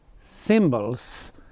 symbols